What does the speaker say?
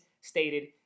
stated